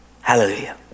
hallelujah